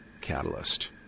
Catalyst